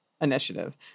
initiative